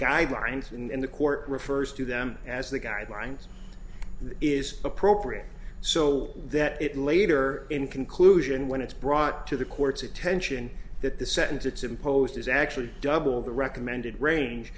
guidelines and the court refers to them as the guidelines is appropriate so that it later in conclusion when it's brought to the court's attention that the sentence it's imposed is actually double the recommended range